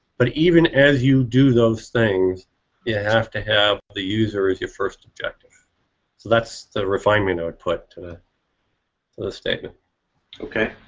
but even as you do those things you have to have the user as your first objective. so that's the refinement i put to to the statement. sam okay.